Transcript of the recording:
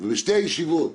ובשתי הישיבות